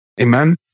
Amen